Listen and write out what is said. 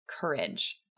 courage